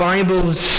Bibles